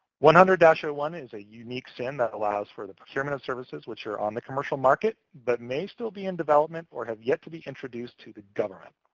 one hundred ah one is a unique sin that allows for the procurement of services which are on the commercial market but may still be in development or have yet to be introduced to the government.